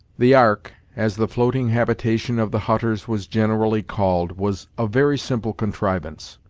the ark, as the floating habitation of the hutters was generally called, was a very simple contrivance.